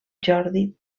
jordi